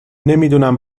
نمیدونم